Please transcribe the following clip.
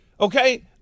Okay